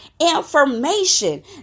information